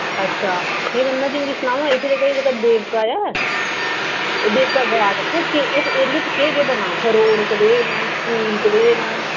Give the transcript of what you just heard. अच्छा इक गल्ल तुस मिकी सनाओ हा कि एह् जेह्की देवका ऐ एह् देवका घाट इत्थै केह् इस एरिये च केह् केह् बनै दा उत्थें रोड कनेह् न स्कूल कनेह् न